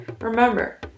Remember